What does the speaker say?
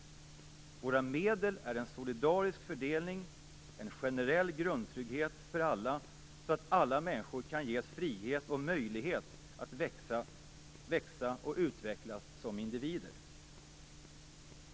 Våra medel är en solidarisk fördelning och en generell grundtrygghet för alla, så att alla människor kan ges frihet och möjlighet att växa och utvecklas som individer.